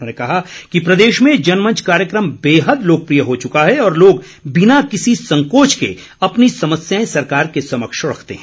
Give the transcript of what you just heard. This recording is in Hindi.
उन्होंने कहा कि प्रदेश में जनमंच कार्यक्रम बेहद लोकप्रिय हो चुका है और लोग बिना किसी संकोच के अपनी समस्याएं सरकार के समक्ष रखते हैं